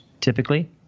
typically